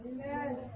Amen